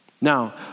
Now